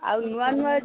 ଆଉ ନୂଆ ନୂଆ